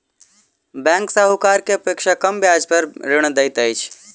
bank साहूकार के अपेक्षा कम ब्याज पर ऋण दैत अछि